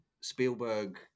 Spielberg